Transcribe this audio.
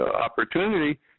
opportunity